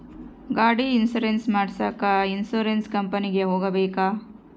ಗಾಡಿ ಇನ್ಸುರೆನ್ಸ್ ಮಾಡಸಾಕ ಇನ್ಸುರೆನ್ಸ್ ಕಂಪನಿಗೆ ಹೋಗಬೇಕಾ?